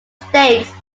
states